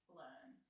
learn